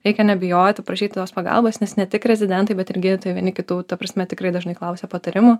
reikia nebijoti prašyt tos pagalbos nes ne tik rezidentai bet irgi vieni kitų ta prasme tikrai dažnai klausia patarimų